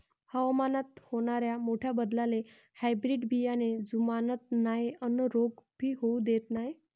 हवामानात होनाऱ्या मोठ्या बदलाले हायब्रीड बियाने जुमानत नाय अन रोग भी होऊ देत नाय